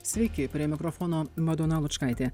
sveiki prie mikrofono madona lučkaitė